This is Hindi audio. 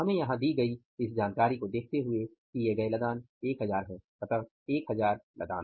हमें यहाँ दी गई इस जानकारी को देखते हुए किये गए लदान 1000 हैं अतः 1000 लदान